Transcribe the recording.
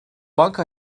banka